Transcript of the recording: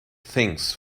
things